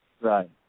Right